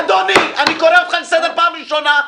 אני קורא אותך לסדר פעם ראשונה,